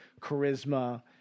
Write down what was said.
charisma